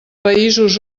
països